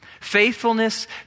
faithfulness